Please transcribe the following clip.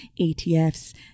ETFs